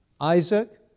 Isaac